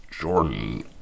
jordan